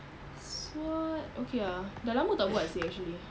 SWOT okay ah dah lama tak buat seh actually